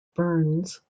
burns